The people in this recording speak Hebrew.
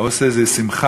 ההוא עושה איזה שמחה,